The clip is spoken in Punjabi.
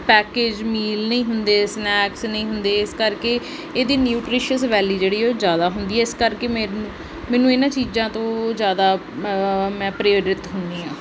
ਪੈਕੇਜ ਮੀਲ ਨਹੀਂ ਹੁੰਦੇ ਸਨੈਕਸ ਨਹੀਂ ਹੁੰਦੇ ਇਸ ਕਰਕੇ ਇਹਦੀ ਨਿਊਟਰੀਸ਼ਸ਼ ਵੈਲੀਊ ਜਿਹੜੀ ਉਹ ਜ਼ਿਆਦਾ ਹੁੰਦੀ ਇਸ ਕਰਕੇ ਮੇਰੇ ਨੂੰ ਮੈਨੂੰ ਇਹਨਾਂ ਚੀਜ਼ਾਂ ਤੋਂ ਜ਼ਿਆਦਾ ਮੈਂ ਪ੍ਰੇਰਿਤ ਹੁੰਦੀ ਹਾਂ